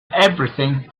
everything